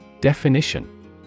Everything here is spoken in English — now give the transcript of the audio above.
Definition